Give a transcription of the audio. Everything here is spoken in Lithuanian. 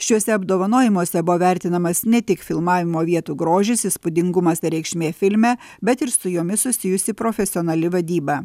šiuose apdovanojimuose buvo vertinamas ne tik filmavimo vietų grožis įspūdingumas reikšmė filme bet ir su jomis susijusi profesionali vadyba